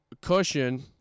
cushion